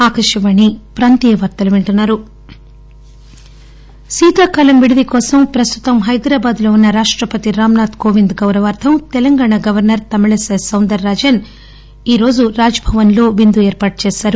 గవర్స ర్ శీతాకాలం విడిది కోసం ప్రస్తుతం హైదరాబాద్లో ఉన్న రాష్టపతి రామ్ నాథ్ కోవింద్ గౌరవార్ధం తెలంగాణ గవర్చర్ తమిళిసై సౌందర్ రాజన్ ఈ రో రాజ్ భవన్ లో విందు ఏర్పాటు చేసారు